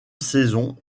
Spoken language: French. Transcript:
saison